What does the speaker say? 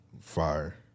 Fire